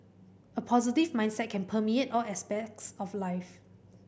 a positive mindset can permeate all aspects of life